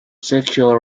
sexual